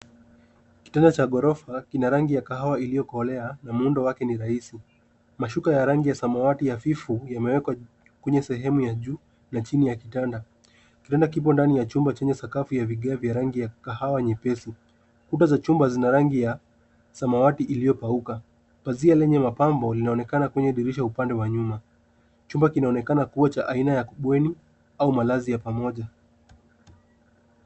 Kitanda cha ghorofa kina rangi ya kahawia iliyokolea na muundo wa kisasa ulio rahisi. Mashuka ya rangi ya samawati hafifu yamewekwa kwenye sehemu ya juu na ya chini ya kitanda. Liko ndani ya chumba chenye sakafu ya vigae vya rangi ya kahawia nyepesi. Kuta za chumba zina rangi ya samawati iliyopauka. Kapo juu ya dirisha, kuna pazia lenye mapambo linaloonekana upande wa nyuma. Chumba kinaonekana kuwa sehemu ya makazi ya pamoja au ya bweni.